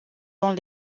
dans